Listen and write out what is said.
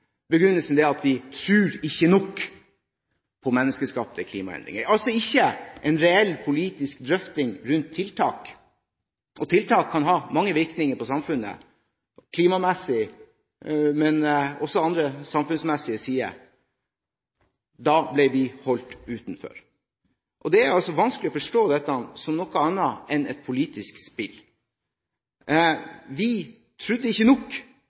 begrunnelsen for å holde Fremskrittspartiet ute fra forhandlingene da de ble gjenopptatt etter bruddet – og det fikk vi for så vidt også bekreftet fra representanten Marthinsen – er at vi ikke tror nok på menneskeskapte klimaendringer. Det var altså ikke en reell politisk drøfting rundt tiltak, og tiltak kan ha mange virkninger på samfunnet klimamessig, men også på andre samfunnsmessige sider. Da ble vi holdt utenfor.